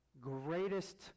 greatest